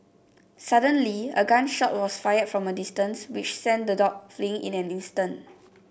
suddenly a gun shot was fired from a distance which sent the dogs fleeing in an instant